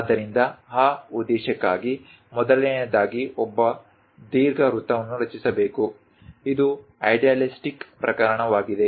ಆದ್ದರಿಂದ ಆ ಉದ್ದೇಶಕ್ಕಾಗಿ ಮೊದಲನೆಯದಾಗಿ ಒಬ್ಬ ದೀರ್ಘವೃತ್ತವನ್ನು ರಚಿಸಬೇಕು ಇದು ಐಡ್ಯಲಿಸ್ಟಿಕ್ ಪ್ರಕರಣವಾಗಿದೆ